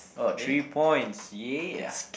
oh three points yeah